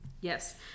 yes